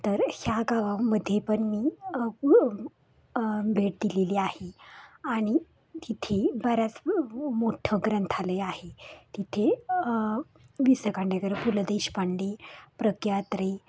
तर ह्या गावामध्ये पण मी भेट दिलेली आहे आणि तिथे बऱ्याच मोठं ग्रंथालय आहे तिथे वि स खांडेकर पु ल देशपांडे प्र के अत्रे